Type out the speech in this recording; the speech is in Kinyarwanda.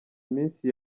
iminsi